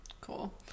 Cool